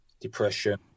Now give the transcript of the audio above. depression